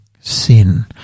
sin